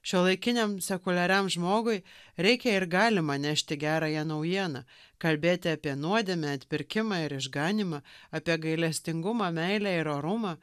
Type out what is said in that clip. šiuolaikiniam sekuliariam žmogui reikia ir galima nešti gerąją naujieną kalbėti apie nuodėmę atpirkimą ir išganymą apie gailestingumą meilę ir orumą